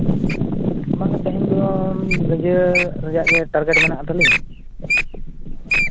ᱤᱭᱟᱹ ᱨᱮᱭᱟᱜ ᱜᱮ ᱴᱟᱨᱜᱮᱴ ᱢᱮᱱᱟᱜ ᱛᱟᱹᱞᱤᱧ